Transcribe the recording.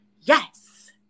Yes